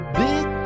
big